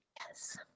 yes